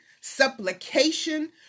supplication